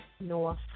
North